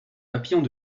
papillons